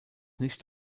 nicht